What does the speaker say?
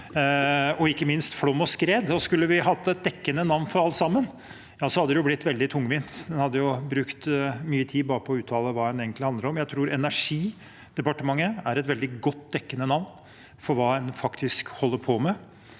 og ikke minst flom og skred. Skulle vi hatt et dekkende navn for alt sammen, hadde det blitt veldig tungvint. Vi hadde brukt mye tid bare på å uttale hva det egentlig handler om. Jeg tror Energidepartementet er et veldig godt, dekkende navn for hva en faktisk holder på med.